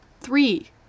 Three